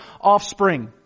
offspring